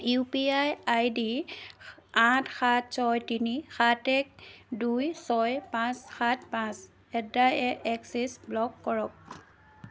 U P I ID আঠ সাত ছয় তিনি সাত এক দুই ছয় পাঁচ সাত পাঁচ at the a axis block কৰক